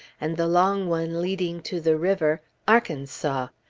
and the long one leading to the river, arkansas.